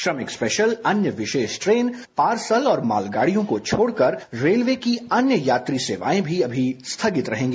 श्रमिक स्पेशल अन्य विशेष ट्रेन पार्सल और मालगाड़ियों को छोड़कर रेलवे की अन्य यात्री सेवाएं भी अभी स्थगित रहेंगी